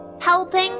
helping